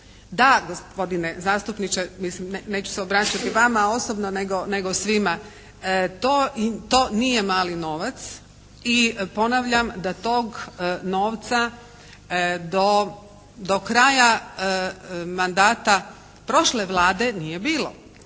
Da, gospodine zastupniče, mislim neću se obraćati vama osobno nego svima. To nije mali novac i ponavljam da tog novca do kraja mandata prošle Vlade nije bilo.